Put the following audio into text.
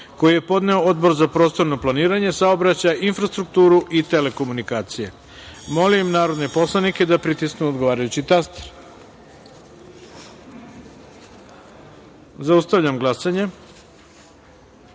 koji je podneo Odbor za prostorno planiranje, saobraćaj, infrastrukturu i telekomunikacije. Molim narodne poslanike da pritisnu odgovarajući taster. Zaustavljam glasanje: